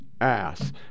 ass